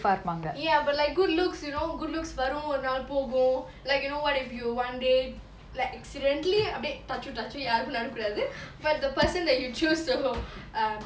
ya but like good looks you know good looks வரு ஒரு நாள் போகு:varu oru naal poku like you know what if you one day like accidentally அப்டியே:apdiye touch uh touch uh யாருக்கு நடக்க கூடாது:yaaruku nadaka koodathu but the person that you choose to um